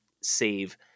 save